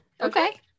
Okay